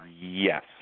yes